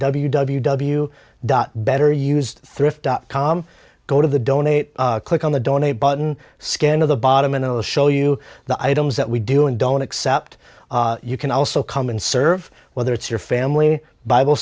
w dot better used thrift dot com go to the donate click on the donate button scan of the bottom and it will show you the items that we do and don't accept you can also come and serve whether it's your family bible